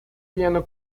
piano